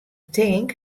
tink